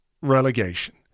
relegation